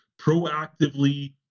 proactively